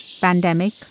pandemic